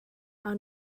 awn